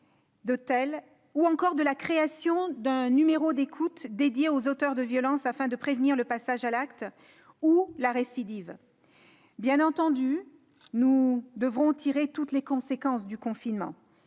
d'hôtel, ou encore de la création d'un numéro d'écoute dédié aux auteurs de violences afin de prévenir le passage à l'acte ou la récidive. Bien entendu, nous devrons tirer toutes les conséquences du confinement